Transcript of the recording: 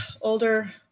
older